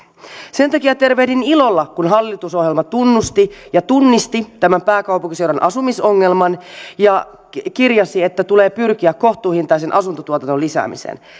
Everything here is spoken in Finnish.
sen takia tervehdin ilolla kun hallitusohjelma tunnusti ja tunnisti tämän pääkaupunkiseudun asumisongelman ja kirjasi että tulee pyrkiä kohtuuhintaisen asuntotuotannon lisäämiseen